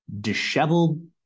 disheveled